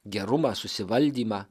gerumą susivaldymą